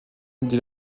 dit